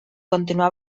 continuar